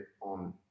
on